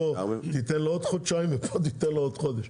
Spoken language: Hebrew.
תיתן לו עוד חודשיים ופה תיתן לו עוד חודש,